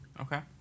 okay